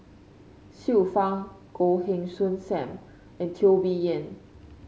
Xiu Fang Goh Heng Soon Sam and Teo Bee Yen